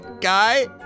guy